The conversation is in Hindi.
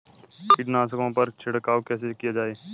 कीटनाशकों पर छिड़काव कैसे किया जाए?